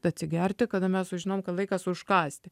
atsigerti kada mes sužinom kad laikas užkąsti